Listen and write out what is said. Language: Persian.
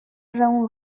اون